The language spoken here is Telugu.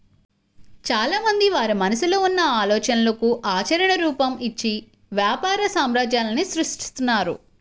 చాలామంది వారి మనసులో ఉన్న ఆలోచనలకు ఆచరణ రూపం, ఇచ్చి వ్యాపార సామ్రాజ్యాలనే సృష్టిస్తున్నారు